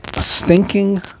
Stinking